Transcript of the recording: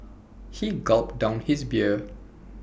he gulped down his beer